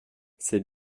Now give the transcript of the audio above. c’est